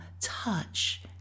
touch